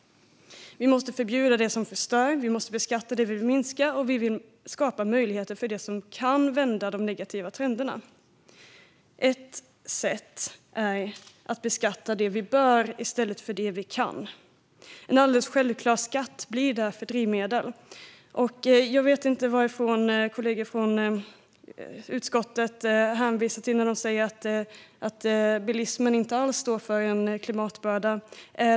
Vi måste förbjuda det som förstör, beskatta det som vi vill minska och skapa möjligheter för det som kan vända de negativa trenderna. Ett sätt är att beskatta det vi bör i stället för det vi kan. En alldeles självklar skatt blir därför på drivmedel. Jag vet inte vad kollegor i utskottet hänvisar till när de säger att bilismen inte alls står för en klimatbörda.